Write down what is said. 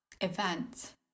event